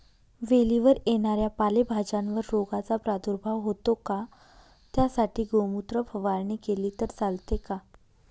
वेलीवर येणाऱ्या पालेभाज्यांवर रोगाचा प्रादुर्भाव होतो का? त्यासाठी गोमूत्र फवारणी केली तर चालते का?